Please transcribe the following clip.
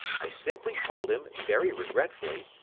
i simply told him, very regretfully,